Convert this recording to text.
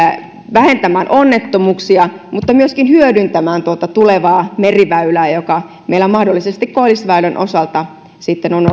vähentämään onnettomuuksia mutta myöskin hyödyntämään tuota tulevaa meriväylää joka meillä mahdollisesti koillisväylän osalta sitten on